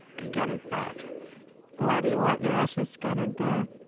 to get it back why do you want your ashes scattered there?